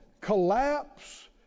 collapse